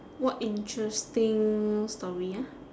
what interesting story ah